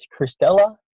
Christella